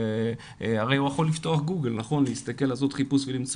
הרי הוא יכול לפתוח גוגל, לחפש ולמצוא.